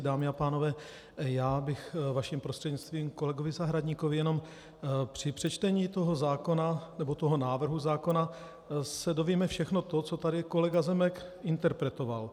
Dámy a pánové, já bych vaším prostřednictvím kolegovi Zahradníkovi jenom při přečtení toho zákona nebo návrhu zákona se dovíme všechno to, co tady kolega Zemek interpretoval.